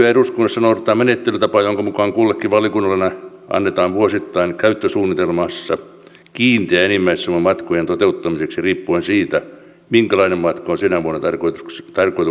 nykyään eduskunnassa noudatetaan menettelytapaa jonka mukaan kullekin valiokunnalle annetaan vuosittain käyttösuunnitelmassa kiinteä enimmäissumma matkojen toteuttamiseksi riippuen siitä minkälainen matka on sinä vuonna tarkoituksena toteuttaa